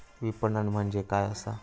विपणन म्हणजे काय असा?